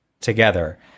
together